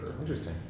Interesting